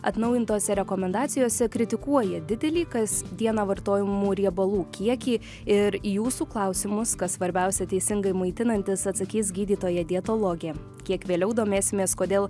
atnaujintose rekomendacijose kritikuoja didelį kas dieną vartojamų riebalų kiekį ir jūsų klausimus kas svarbiausia teisingai maitinantis atsakys gydytoja dietologė kiek vėliau domėsimės kodėl